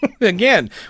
Again